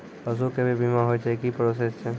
पसु के भी बीमा होय छै, की प्रोसेस छै?